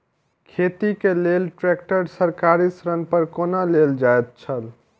खेती के लेल ट्रेक्टर सरकारी ऋण पर कोना लेल जायत छल?